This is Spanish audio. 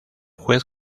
juez